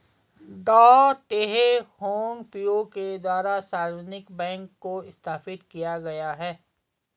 डॉ Teh Hong Piow के द्वारा सार्वजनिक बैंक को स्थापित किया गया है